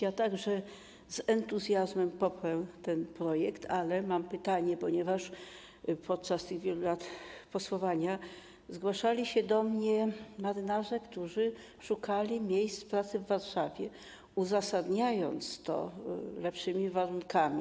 Ja także z entuzjazmem poprę ten projekt, ale mam pytanie, ponieważ podczas tych wielu lat posłowania zgłaszali się do mnie marynarze, którzy szukali miejsc pracy w Warszawie, uzasadniając to lepszymi warunkami.